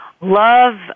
love